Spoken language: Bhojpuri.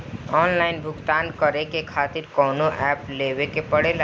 आनलाइन भुगतान करके के खातिर कौनो ऐप लेवेके पड़ेला?